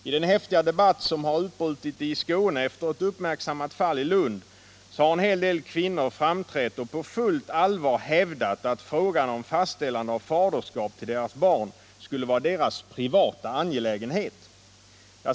I den häftiga debatt som utbrutit i Skåne efter ett uppmärksammat fall i Lund har en hel del kvinnor framträtt och på fullt allvar hävdat att frågan om fastställande av faderskap till deras barn skulle vara deras privata angelägenhet.